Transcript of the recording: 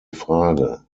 frage